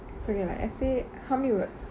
forget like essay how many words